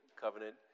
covenant